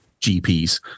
GPs